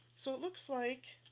so it looks like